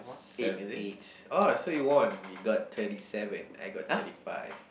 seven eight oh so you won you got thirty seven I got thirty five